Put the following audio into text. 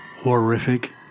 Horrific